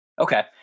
Okay